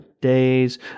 days